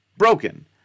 Broken